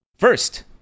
First